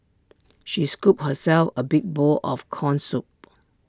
she scooped herself A big bowl of Corn Soup